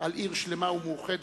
על עיר שלמה ומאוחדת,